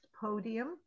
Podium